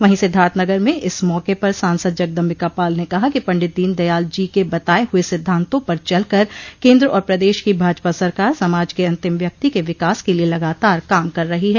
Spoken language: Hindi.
वहीं सिद्धार्थनगर में इस मौके पर सांसद जगदम्बिका पाल ने कहा कि पंडित दीन दयाल जी के बताये हुए सिद्धान्तों पर चलकर केन्द्र और प्रदेश की भाजपा सरकार समाज के अंतिम व्यक्ति के विकास के लिये लगातार काम कर रही है